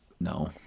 no